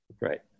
Right